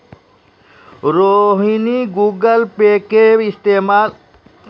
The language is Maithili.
रोहिणी गूगल पे के इस्तेमाल करै छै